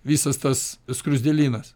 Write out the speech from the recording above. visas tas skruzdėlynas